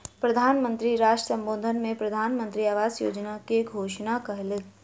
प्रधान मंत्री राष्ट्र सम्बोधन में प्रधानमंत्री आवास योजना के घोषणा कयलह्नि